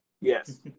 Yes